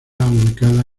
ubicada